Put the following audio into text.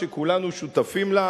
שכולנו שותפים לה,